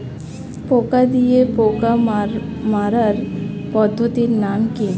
পোকা দিয়ে পোকা মারার পদ্ধতির নাম কি?